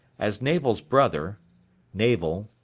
as navel's brother navel,